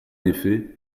effet